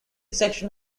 section